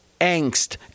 angst